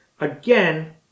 again